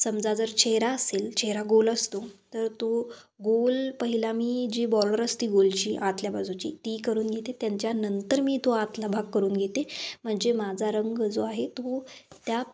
समजा जर चेहरा असेल चेहरा गोल असतो त तो गोल पहिला मी जी बॉर्डर असती गोलची आतल्या बाजूची ती करून घेते त्यांच्यानंतर मी तो आतला भाग करून घेते म्हणजे माझा रंग जो आहे तो त्या